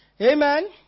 Amen